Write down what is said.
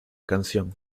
canción